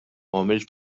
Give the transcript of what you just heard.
għamilt